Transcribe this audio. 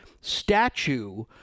statue